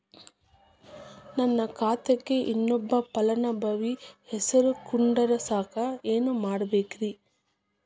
ನನ್ನ ಖಾತೆಕ್ ಇನ್ನೊಬ್ಬ ಫಲಾನುಭವಿ ಹೆಸರು ಕುಂಡರಸಾಕ ಏನ್ ಮಾಡ್ಬೇಕ್ರಿ?